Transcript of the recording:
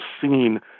seen